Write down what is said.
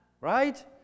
Right